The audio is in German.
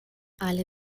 alle